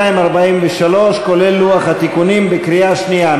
42, 43, כולל לוח התיקונים, בקריאה שנייה.